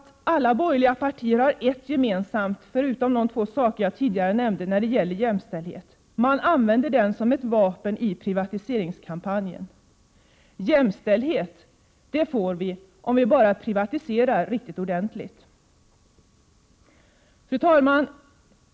De borgerliga partierna tycks ha ett gemensamt, vid sidan av de två saker som jag tidigare nämnde när det gäller jämställdheten. Man använder nämligen denna som ett vapen i sin privatiseringskampanj. Jämställdhet får vi om vi bara privatiserar riktigt ordentligt. Fru talman!